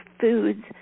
foods